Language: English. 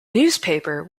newspaper